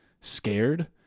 scared